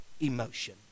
emotion